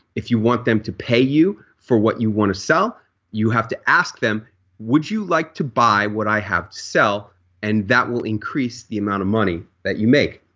if you want them to pay you for what you want to sell you have to ask them would you like to buy what i have to sell and that will increase the amount of money that you make